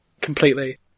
completely